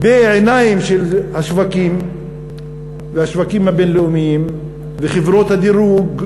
בעיניים של השווקים והשווקים הבין-לאומיים וחברות הדירוג,